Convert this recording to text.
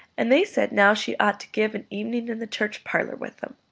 and they said now she ought to give an evening in the church parlour with them.